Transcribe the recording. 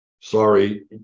Sorry